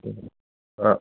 हा